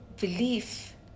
belief